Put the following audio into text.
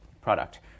product